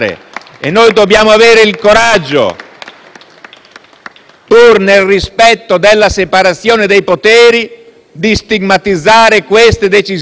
pur nel rispetto della separazione dei poteri, di stigmatizzare queste decisioni, che così gravemente influiscono